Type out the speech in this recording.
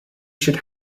should